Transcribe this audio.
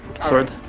sword